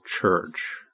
Church